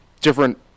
different